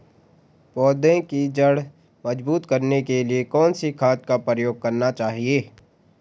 पौधें की जड़ मजबूत करने के लिए कौन सी खाद का प्रयोग करना चाहिए?